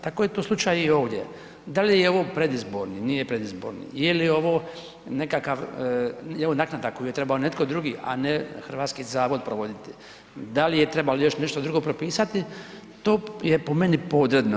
Tako je to slučaj i ovdje, da li je ovo predizborni, nije predizborni, je li ovo nekakav, je li ovo naknada koju je trebao netko drugi a ne hrvatski zavod provoditi, da li je trebalo još nešto drugo propisati to je po meni podredno.